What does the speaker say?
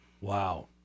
Wow